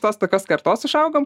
tos tokios kartos išaugom